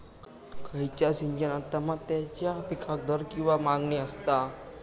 खयच्या सिजनात तमात्याच्या पीकाक दर किंवा मागणी आसता?